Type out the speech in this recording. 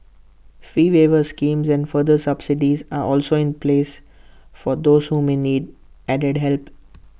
fee waiver schemes and further subsidies are also in place for those who may need added help